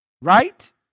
Right